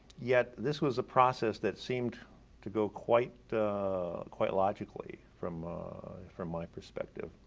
yet, this was a process that seemed to go quite quite logically from from my perspective.